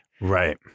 Right